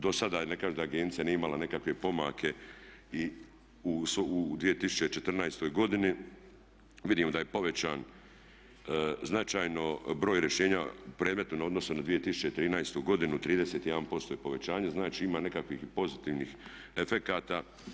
Dosada je, ne kažem da agencija nije imala nekakve pomake i u 2014.godini, vidimo da je povećan značajno broj rješenja u predmetu u odnosu na 2013. godinu, 31% je povećanje, znači ima nekakvih i pozitivnih efekata.